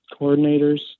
coordinators